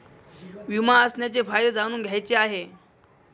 विमा असण्याचे फायदे जाणून घ्यायचे आहे